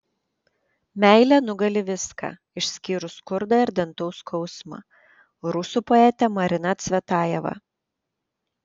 meilė nugali viską išskyrus skurdą ir dantų skausmą rusų poetė marina cvetajeva